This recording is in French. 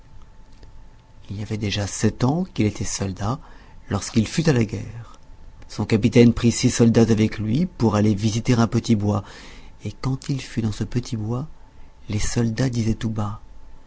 il y avait déjà sept ans qu'il était soldat lorsqu'il fut à la guerre son capitaine prit six soldats avec lui pour aller visiter un petit bois et quand il fut dans ce petit bois les soldats disaient tout bas